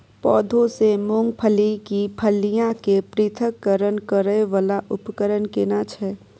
पौधों से मूंगफली की फलियां के पृथक्करण करय वाला उपकरण केना छै?